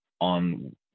on